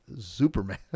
Superman